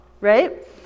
right